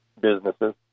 businesses